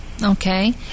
Okay